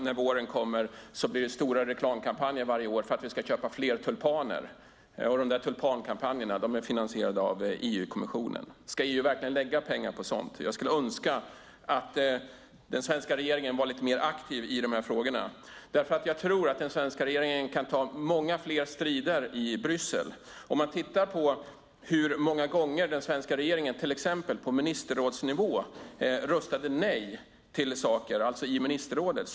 När våren kommer blir det stora reklamkampanjer varje år för att vi ska köpa fler tulpaner. De här tulpankampanjerna är finansierade av EU-kommissionen. Ska EU verkligen lägga pengar på sådant? Jag skulle önska att den svenska regeringen var lite mer aktiv i de här frågorna. Jag tror att den svenska regeringen kan ta många fler strider i Bryssel. Hur många gånger har den svenska regeringen till exempel på ministerrådsnivå röstat nej till saker, alltså i ministerrådet?